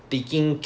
okay